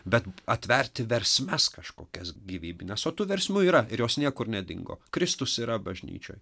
bet atverti versmes kažkokias gyvybines o tų versmių yra ir jos niekur nedingo kristus yra bažnyčioj